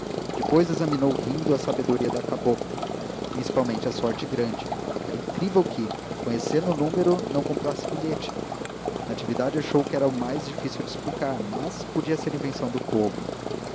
depois examinou rindo a sabedoria da cabocla principalmente a sorte grande era incrível que conhecendo o número não comprasse bilhete natividade achou que era o mais difícil de explicar mas podia ser invenção do povo